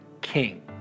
King